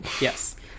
Yes